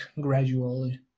gradually